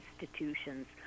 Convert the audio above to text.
institutions